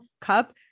cup